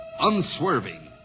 unswerving